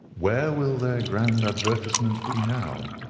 where will their grand advertisement be now?